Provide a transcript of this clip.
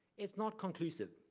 it's not conclusive.